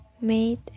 made